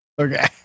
Okay